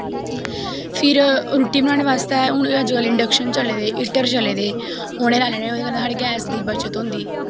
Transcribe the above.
फिर रुट्टी बनानै आस्तै अजकल्ल इंडक्शन चले दे हीटर चले दे ओह्ले लाई लैने होन ते ओह्दै कन्नै साढ़ी गैस दी बच्चत होंदी